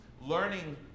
learning